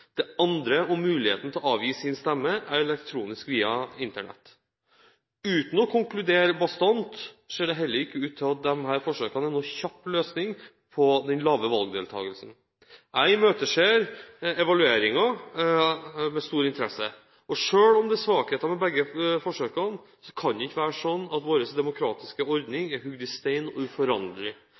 Det andre handlet om muligheten til å avgi sin stemme elektronisk via Internett. Uten å konkludere bastant ser det heller ikke ut til at disse forsøkene er noen kjapp løsning på den lave valgdeltakelsen. Jeg imøteser evalueringen med stor interesse. Selv om det er svakheter ved begge forsøkene, kan det ikke være slik at vår demokratiske ordning er hugd i stein og er uforanderlig.